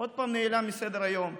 עוד פעם נעלם מסדר-היום.